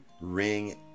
Ring